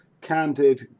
candid